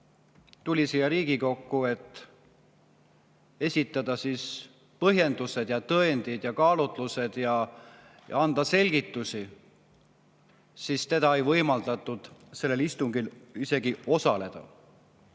tuli siia Riigikokku, et esitada põhjendused ja tõendid ja kaalutlused ja anda selgitusi, aga tal ei võimaldatud sellel istungil isegi osaleda.